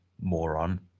moron